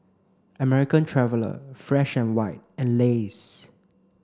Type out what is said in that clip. American Traveller Fresh and White and Lays